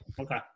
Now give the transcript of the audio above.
okay